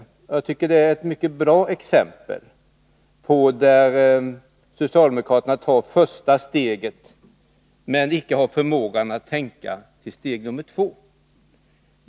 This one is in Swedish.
Jag tycker det är ett mycket bra exempel på ett avsnitt, där socialdemokraterna tar första steget men icke har förmågan att tänka till steg nummer två.